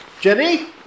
Jenny